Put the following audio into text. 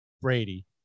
Brady